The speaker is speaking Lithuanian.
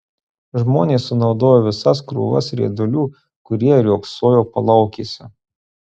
žmonės sunaudojo visas krūvas riedulių kurie riogsojo palaukėse